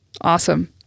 Awesome